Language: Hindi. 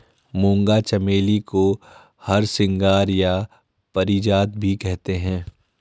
मूंगा चमेली को हरसिंगार या पारिजात भी कहते हैं